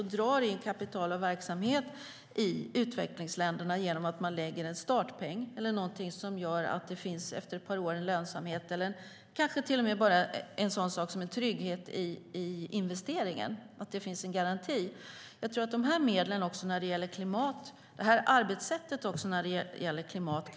Då drar man in kapital och verksamhet i utvecklingsländerna genom att man lägger en startpeng eller någonting som gör att det efter ett par år finns en lönsamhet eller kanske bara en sådan sak som en trygghet och en garanti i investeringen. Jag tror att detta arbetssätt kan vara bra också när det gäller klimat.